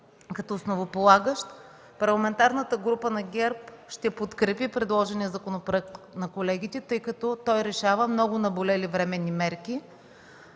като основополагащ, Парламентарната група на ГЕРБ ще подкрепи предложения законопроект, тъй като той решава много наболели проблеми